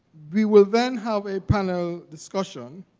we will then have a panel discussion.